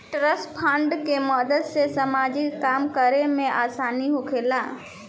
trust fund के मदद से सामाजिक काम करे में आसानी होखेला